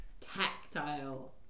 tactile